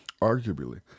Arguably